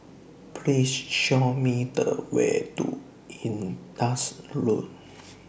Please Show Me The Way to Indus Road